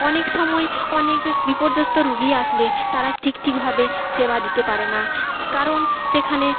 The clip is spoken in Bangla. অনেক সময় অনেকে বিপর্যস্ত রুগী আসলে তারা ঠিক ঠিকভাবে সেবা দিতে পারে না কারণ সেখানে